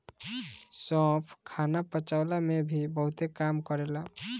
सौंफ खाना पचवला में भी बहुते काम करेला